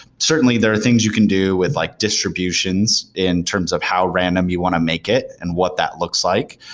certainly, there are things you can do with like distributions in terms of how random you want to make it and what that looks like.